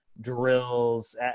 drills